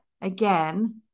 again